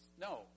No